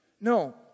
No